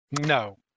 No